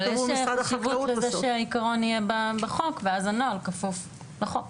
אבל יש חשיבות לזה שהעיקרון יהיה בחוק ואז הנוהל כפוף לחוק.